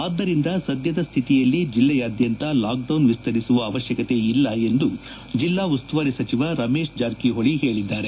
ಆದ್ದರಿಂದ ಸದ್ಯದ ಸ್ಥಿತಿಯಲ್ಲಿ ಜಿಲ್ಲೆಯಾದ್ಯಂತ ಲಾಕ್ಡೌನ್ ವಿಸ್ತರಿಸುವ ಅವಶ್ಯಕತೆ ಇಲ್ಲ ಎಂದು ಜಿಲ್ಲಾ ಉಸ್ತುವಾರಿ ಸಚಿವ ರಮೇಶ್ ಜಾರಕಿಹೊಳ ಹೇಳಿದ್ದಾರೆ